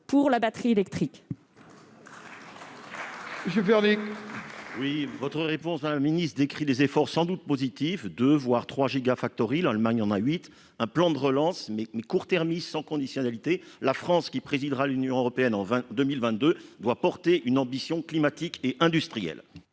de la batterie électrique.